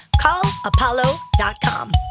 callapollo.com